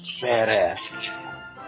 badass